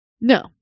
No